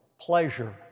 pleasure